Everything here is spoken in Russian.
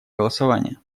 голосования